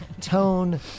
tone